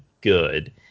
good